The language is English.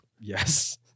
Yes